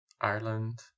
Ireland